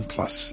Plus